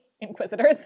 inquisitors